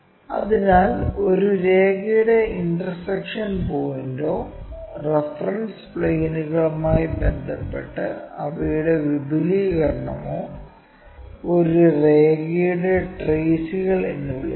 അതിനാൽ ഒരു രേഖയുടെ ഇന്റർസെക്ഷൻ പോയിന്റോ റഫറൻസ് പ്ലെയിനുകളുമായി ബന്ധപ്പെട്ട് അവയുടെ വിപുലീകരണമോ ഒരു രേഖയുടെ ട്രെയ്സുകൾ എന്ന് വിളിക്കുന്നു